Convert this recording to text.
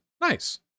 Nice